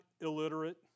illiterate